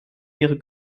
ihre